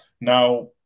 Now